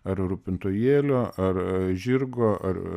ar rūpintojėlio ar žirgo ar